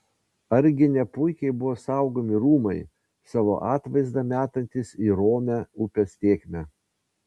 argi ne puikiai buvo saugomi rūmai savo atvaizdą metantys į romią upės tėkmę